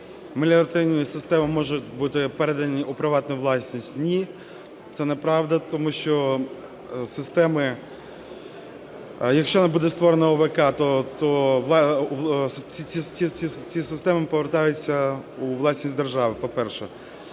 меліоративні системи можуть бути передані у приватну власність – ні, це неправда, тому що системи... Якщо не буде створено ОВК, то ці системи повертаються у власність держави, по-перше.